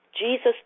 Jesus